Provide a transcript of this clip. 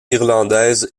irlandaises